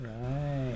Right